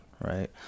right